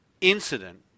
incident